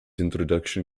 introduction